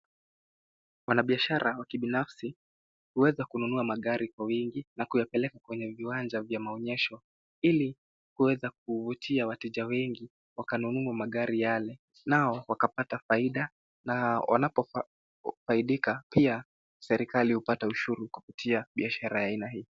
Wanabiashara wa kibinafsi huweza kununua magari kwa wingi na kuyapeleka kwenye viwanja vya maonyesho ili kuweza kuvutia wateja wengi wakanunue magari yale nao wakapata faida na wanapo faidika pia serikali hupata ushuru kupitia biashara ya aina hii.